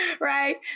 right